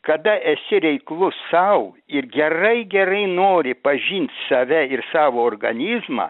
kada esi reiklus sau ir gerai gerai nori pažint save ir savo organizmą